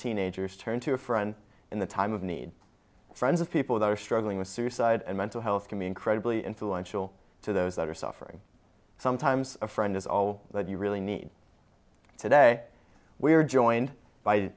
teenagers turn to a friend in the time of need friends of people that are struggling with suicide and mental health can be incredibly influential to those that are suffering sometimes a friend is all you really need today we are joined by